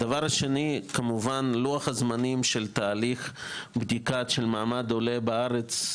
כמובן לוח הזמנים של תהליך בדיקת מעמד עולה בארץ,